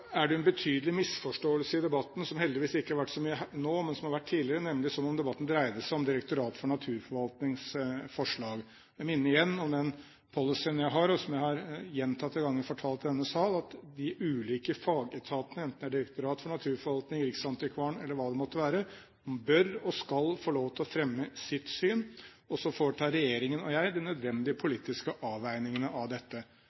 det jo en betydelig misforståelse i debatten – som det heldigvis ikke har vært så mye av nå, men som det har vært tidligere – nemlig at debatten dreide seg om Direktoratet for naturforvaltnings forslag. Jeg minner igjen om den policyen jeg har, og som jeg gjentatte ganger har fortalt i denne sal, at de ulike fagetatene, enten det er Direktoratet for naturforvaltning, Riksantikvaren, eller hva det måtte være, bør og skal få lov til å fremme sitt syn, og så foretar regjeringen og jeg de nødvendige politiske avveiningene av dette.